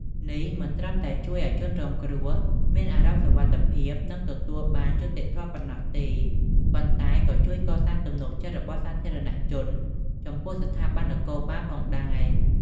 នេះមិនត្រឹមតែជួយឱ្យជនរងគ្រោះមានអារម្មណ៍សុវត្ថិភាព និងទទួលបានយុត្តិធម៌ប៉ុណ្ណោះទេ ប៉ុន្តែក៏ជួយកសាងទំនុកចិត្តរបស់សាធារណជនចំពោះស្ថាប័ននគរបាលផងដែរ។